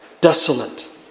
desolate